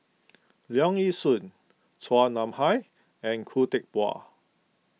Leong Yee Soo Chua Nam Hai and Khoo Teck Puat